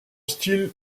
style